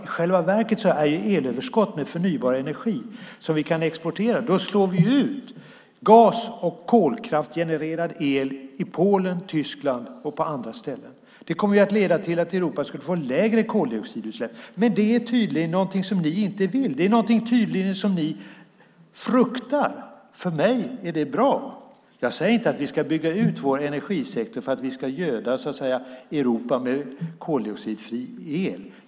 I själva verket är elöverskott med förnybar energi någonting som vi kan exportera. Då slår vi ut gas och kolkraftsgenererad el i Polen, Tyskland och på andra ställen. Det skulle leda till att Europa får lägre koldioxidutsläpp. Men det är tydligen någonting som ni inte vill. Det är tydligen någonting som ni fruktar. För mig är det bra. Jag säger inte att vi ska bygga ut vår energisektor för att vi så att säga ska göda Europa med koldioxidfri el.